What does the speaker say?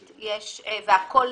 נאמר "והכל למעט".